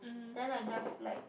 then I just like